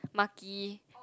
Maki